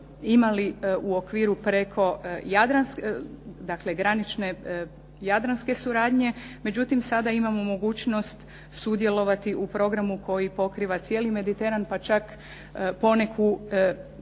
imali u okviru preko granične Jadranske suradnje. Međutim sada imamo mogućnost sudjelovati u programu koji pokriva cijeli Mediteran pa čak poneku